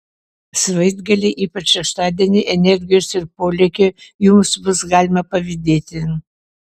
savaitgalį ypač šeštadienį energijos ir polėkio jums bus galima pavydėti